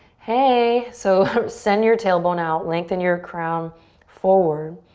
hey. so send your tailbone out, lengthen your crown forward.